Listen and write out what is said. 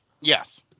Yes